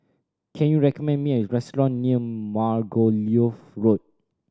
can you recommend me a restaurant near Margoliouth Road